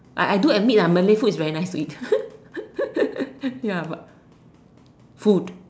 I I do admit lah Malay food is very nice to eat ya but food